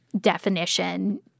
definition